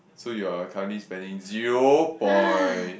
so you are currently spending zero point